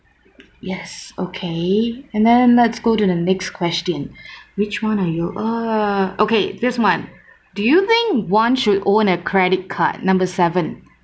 yes okay and then let's go to the next question which [one] are you oh ah okay this [one] do you think one should own a credit card number seven